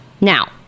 now